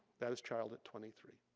that is child at twenty three.